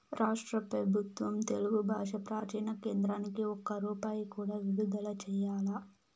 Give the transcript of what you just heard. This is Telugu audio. రాష్ట్ర పెబుత్వం తెలుగు బాషా ప్రాచీన కేంద్రానికి ఒక్క రూపాయి కూడా విడుదల చెయ్యలా